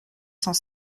cent